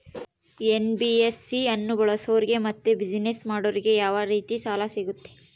NBFC ಅನ್ನು ಬಳಸೋರಿಗೆ ಮತ್ತೆ ಬಿಸಿನೆಸ್ ಮಾಡೋರಿಗೆ ಯಾವ ರೇತಿ ಸಾಲ ಸಿಗುತ್ತೆ?